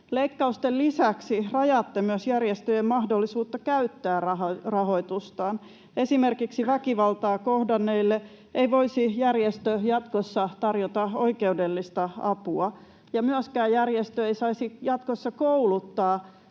Leikkausten lisäksi rajaatte myös järjestöjen mahdollisuutta käyttää rahoitustaan. Esimerkiksi väkivaltaa kohdanneille ei järjestö voisi jatkossa tarjota oikeudellista apua, eikä järjestö myöskään saisi jatkossa kouluttaa